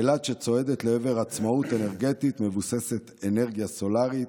אילת צועדת לעבר עצמאות אנרגטית מבוססת אנרגיה סולרית,